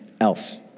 else